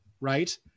right